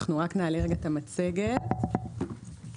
אנחנו נעלה את המצגת הקצרה.